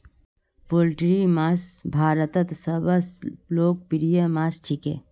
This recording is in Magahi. पोल्ट्रीर मांस भारतत सबस लोकप्रिय मांस छिके